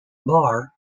bar